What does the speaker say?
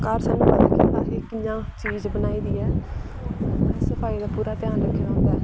घर सानू पता कि असें कियां चीज़ बनाई दी ऐ सफाई दा पूरा ध्यान रक्खे दा होंदा ऐ